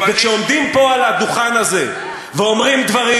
וכשעומדים פה על הדוכן הזה ואומרים דברים